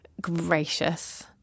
gracious